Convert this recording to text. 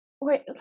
wait